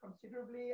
considerably